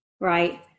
right